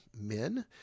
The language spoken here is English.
men